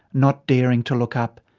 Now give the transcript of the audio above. not daring to look up.